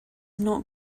not